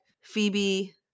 Phoebe